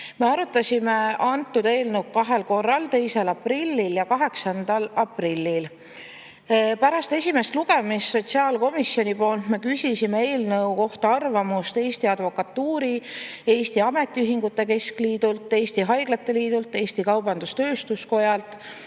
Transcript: Me arutasime seda eelnõu kahel korral: 2. aprillil ja 8. aprillil. Pärast esimest lugemist küsis sotsiaalkomisjon eelnõu kohta arvamust Eesti Advokatuurilt, Eesti Ametiühingute Keskliidult, Eesti Haiglate Liidult, Eesti Kaubandus-Tööstuskojalt,